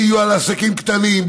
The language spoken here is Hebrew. בסיוע לעסקים קטנים,